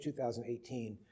2018